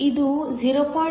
ಇದು 0